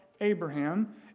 Abraham